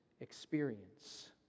experience